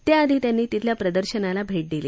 त्याआधी त्यांनी तिथल्या प्रदर्शनाला भेट दिली